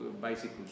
bicycles